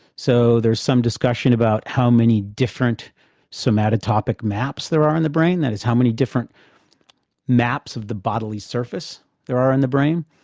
so there's some discussion about how many different somatotopic maps there are in the brain. that is, how many different maps of the bodily surface there are in the brain,